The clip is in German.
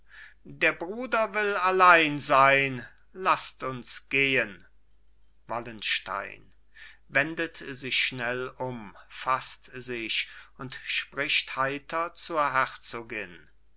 der bruder will allein sein laßt uns gehen wallenstein wendet sich schnell um faßt sich und spricht heiter zur herzogin